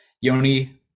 Yoni